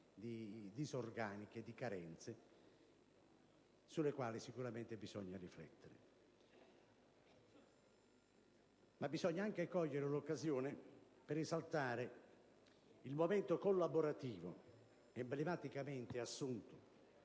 disorganiche e delle carenze sulle quali bisogna riflettere. Bisogna però anche cogliere l'occasione per esaltare il momento collaborativo emblematicamente assunto